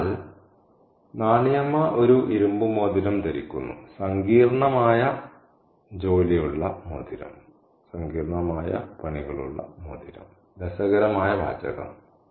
അതിനാൽ നാണി അമ്മ ഒരു ഇരുമ്പ് മോതിരം ധരിക്കുന്നു സങ്കീർണ്ണമായ ജോലി ഉള്ള മോതിരം രസകരമായ വാചകം